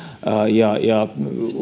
ja ja